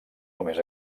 només